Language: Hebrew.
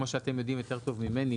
כמו שאתם יודעים יותר טוב ממני,